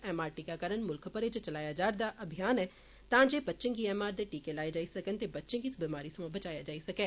M R टीकाकरण मुल्ख भरै च चलाया जारदा अभियान ऐ तां जे बच्चे गी एम आर दे टीके लाए जाई सकन ते बच्चे गी इस बमारी सोयां बचाया जाई सकै